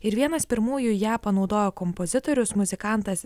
ir vienas pirmųjų ją panaudojo kompozitorius muzikantas